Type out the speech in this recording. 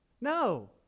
No